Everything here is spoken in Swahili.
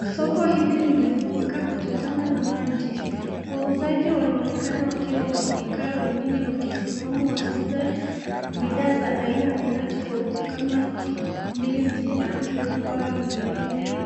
Soko hili limefuruka kutokana na maji. Wauzaji wanaonekana wakiwa wamekaa, wengine wakisimama wakiuza bidhaa za aina aina tofauti kama ndizi, machungwa, maembe,